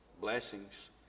Blessings